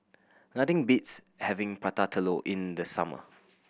nothing beats having Prata Telur in the summer